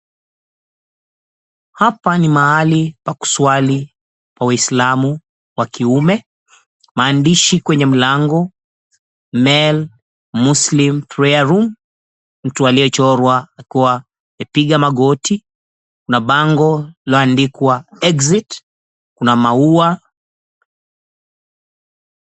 Hapa ni mahali pa kuswali pa Waislamu pa kiume, maandishi kwenye mlango, "Male Muslim Prayer Room Exit", mtu aliyechorwa akiwa amepiga magoti, kuna bango lililoandikwa, "Exit", kuna maua.